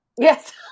Yes